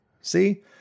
See